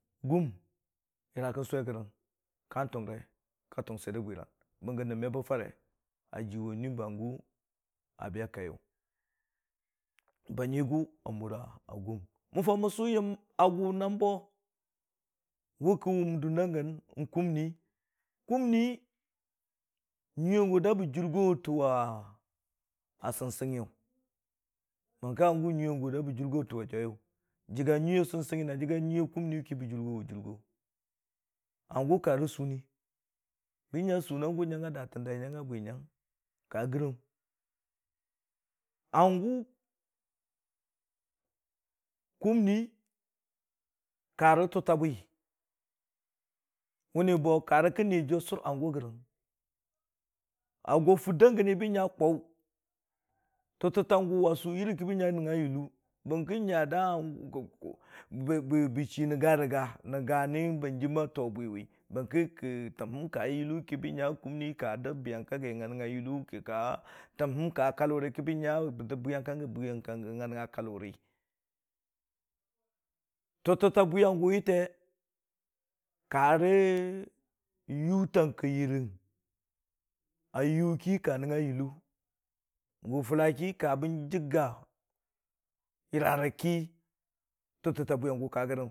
Gum yəra kən sʊwe gərang ka tʊnge rə ka tʊng swir də bwiran, bəng gə nəb me bə farə a jiwʊ nui hangʊ a be kaiyʊ, ba nyigʊ a mura hum, mən faʊ mən sʊ yəm agʊ naam bo, wʊ kə wʊm dunda gən ni kumni, kumni nyuiya gʊ da bə jʊrgo wʊ tə wa sʊngsɨnga giyʊ, bəng kə hangʊ nyʊi ya gʊ da bə jʊrgowu tə wa jwiyʊ bəgga nyui a kumniyʊ kə da bə jʊrgo wʊ jʊrgo hangʊ ka rə sʊʊni bənya sʊʊni ya gʊ a datən dai nyəng ga bwi nyəng ka gərang, hangʊ kuni ka rə tʊta bwi mənni bo karə kə Niiyajiiyʊ a sʊr hangʊ gərəngm a gwa furda giyəng bən nya kwaʊ tʊtə ta gʊ a su yureki bən nya nəngnga yulo bəngkə nya da nangu bə chiirə ga rə ga, a gani hanjim a too bwiwi bərki kə təm ka yulo ki ka dəb biyang ka bwiyangʊ a nəngnga yulo kə təm həm ka kalʊri ki bən nya hangʊ bə dəb biyang ka bwiyag giigʊ a nəngnga kaluri. Tʊtəta bwiyang gʊwi tə ka rə yutang kə yurəng a yʊ ki ka nəngnga yulo gʊ fula ki ka bə jəgga yəra rə ki ba nʊrg.